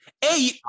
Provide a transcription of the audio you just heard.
Hey